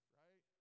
right